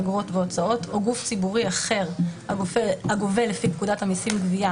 אגרות והוצאות או גוף ציבורי אחר הגובה לפי פקודת המיסים (גבייה),